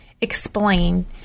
explain